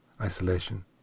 isolation